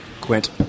Quint